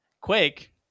Quake